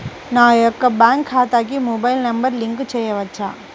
నా యొక్క బ్యాంక్ ఖాతాకి మొబైల్ నంబర్ లింక్ చేయవచ్చా?